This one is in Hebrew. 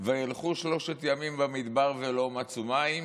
"וילכו שלושת ימים במדבר ולא מצאו מים,